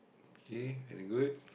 okay very good